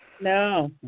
No